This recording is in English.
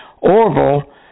Orville